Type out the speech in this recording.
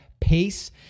pace